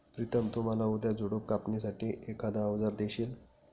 प्रितम तु मला उद्या झुडप कापणी साठी एखाद अवजार देशील?